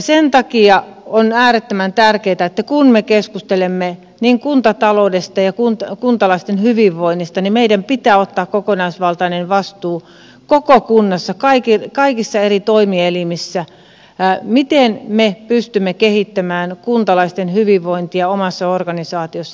sen takia on äärettömän tärkeätä että kun me keskustelemme niin kuntataloudesta kuin kuntalaisten hyvinvoinnista niin meidän pitää ottaa kokonaisvaltainen vastuu koko kunnassa kaikissa eri toimielimissä siitä miten me pystymme kehittämään kuntalaisten hyvinvointia omassa organisaatiossa